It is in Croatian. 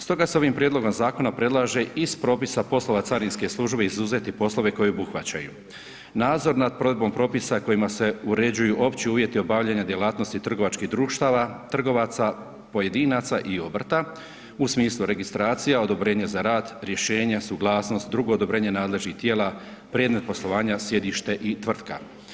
Stoga ovim prijedlogom zakona, predlaže iz propisa poslova carinske službe izuzeti poslove koji obuhvaćaju, nadzor nad provedbom propisa, kojima se uređuju opći uvjeti obavljanja djelatnosti trgovačkih društava, trgovaca, pojedinaca i obrta, u smislu registracije, odobrenje za rad, rješenje, suglasnost, drugo odobrenje nadležnih tijela, predmet poslovanja sjedište i tvrtka.